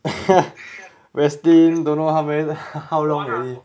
restin~ don't know how many h~ how long already